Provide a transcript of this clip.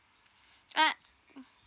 ah